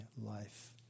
life